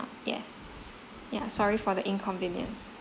yes ya sorry for the inconvenience